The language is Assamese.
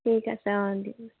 ঠিক আছে অ দিয়ক